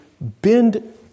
bend